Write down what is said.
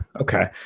Okay